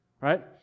right